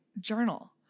journal